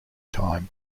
time